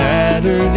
matter